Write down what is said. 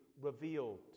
revealed